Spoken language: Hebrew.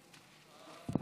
דקות.